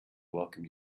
welcome